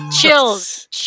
chills